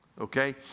Okay